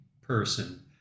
person